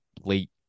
late